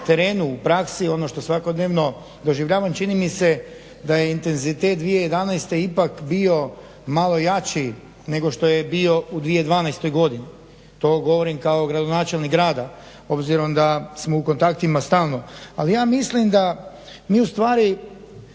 u praksi ono što svakodnevno doživljavamo čini mi se da je intenzitet 2011. ipak bio malo jači nego što je bio u 2012. godini. To govorim kao gradonačelnik grada, obzirom da smo u kontaktima stalno. Ali ja mislim da mi ustvari